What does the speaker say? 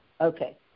Okay